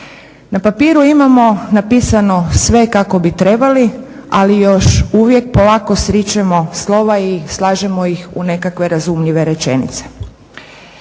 Na papiru imamo napisano sve kako bi trebali, ali još uvijek polako sričemo slova i slažemo ih u nekakve razumljive rečenice.